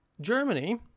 Germany